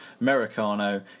Americano